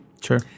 Sure